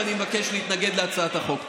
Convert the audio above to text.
ואני מבקש להתנגד להצעת החוק.